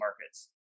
markets